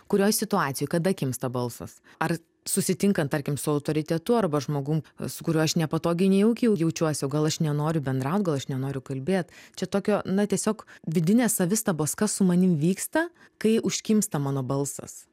kurioj situacijoj yra kimsta balsas ar susitinkant tarkim su autoritetu arba žmogum su kuriuo aš nepatogiai nejaukiai jaučiuosi gal aš nenoriu bendraut gal aš nenoriu kalbėt čia tokio na tiesiog vidinės savistabos kas su manim vyksta kai užkimsta mano balsas